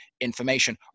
information